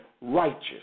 righteous